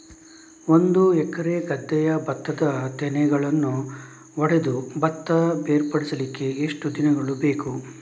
ಒಂದು ಎಕರೆ ಗದ್ದೆಯ ಭತ್ತದ ತೆನೆಗಳನ್ನು ಹೊಡೆದು ಭತ್ತ ಬೇರ್ಪಡಿಸಲಿಕ್ಕೆ ಎಷ್ಟು ದಿನಗಳು ಬೇಕು?